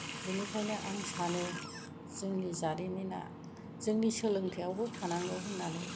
बेनिखायनो आं सानो जोंनि जारिमिना जोंनि सोलोंथाइयावबो थानांगौ होननानै